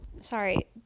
Sorry